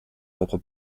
propre